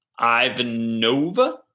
Ivanova